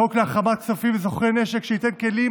חוק להחרמת כספים מסוחרי נשק שייתן כלים